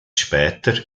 später